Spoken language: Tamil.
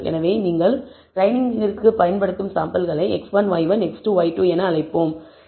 எனவே நீங்கள் ட்ரெய்னிங்கிற்கு பயன்படுத்தும் சாம்பிள்களை x1 y1 x2 y2 என அழைப்போம்